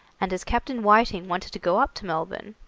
and as captain whiting wanted to go up to melbourne,